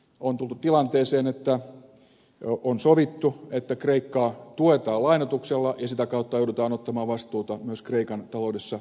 on tultu tilanteeseen että on sovittu että kreikkaa tuetaan lainoituksella ja sitä kautta joudutaan ottamaan vastuuta myös kreikan taloudessa tehdyistä virheistä